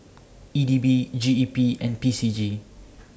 E D B G E P and P C G